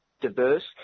diverse